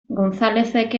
gonzalezek